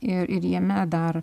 ir ir jame dar